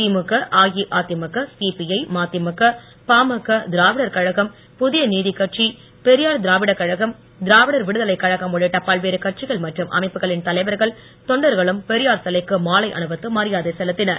திமுக அஇஅதிமுக சிபிஐ மதிமுக பாமக திராவிடர் கழகம் புதியநீதிக் கட்சி பெரியார் திராவிடக் கழகம் திராவிடர் விடுதலைக் கழகம் உள்ளிட்ட பல்வேறு கட்சிகள் மற்றும் அமைப்புகளின் தலைவர்கன் தொண்டர்களும் பெரியார் சிலைக்கு மாலை அணிவித்து மரியாதை செலுத்தினர்